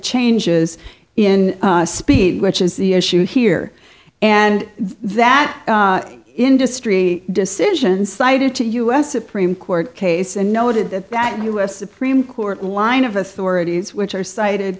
changes in speed which is the issue here and that industry decision cited to us supreme court case and noted that that u s supreme court line of authorities which are cited